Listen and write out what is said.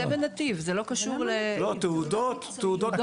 זה בנתיב, זה לא קשור --- לא, תעודות.